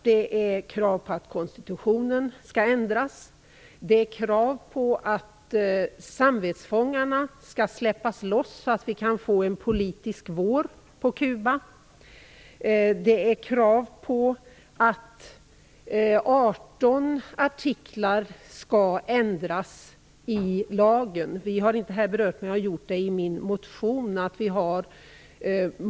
Det är krav på att konstitutionen skall ändras. Det är krav på att samvetsfångarna skall släppas loss, så att vi kan få en politisk vår på Kuba. Det är krav på att 18 artiklar skall ändras i lagen. Vi har inte berört detta här, men jag har gjort det i en motion som jag väckt.